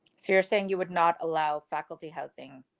so you're saying you would not allow faculty housing.